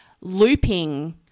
looping